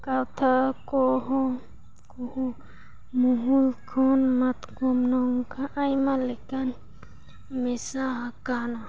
ᱠᱟᱛᱷᱟ ᱠᱚᱦᱚᱸ ᱠᱚᱦᱚᱸ ᱢᱚᱦᱩᱞ ᱠᱷᱚᱱ ᱢᱟᱛᱠᱚᱢ ᱟᱭᱢᱟ ᱞᱮᱠᱟᱱ ᱢᱮᱥᱟ ᱟᱠᱟᱱᱟ